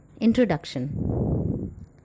Introduction